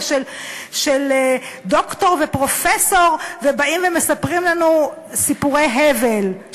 של דוקטור ופרופסור ובאים ומספרים לנו סיפורי הבל,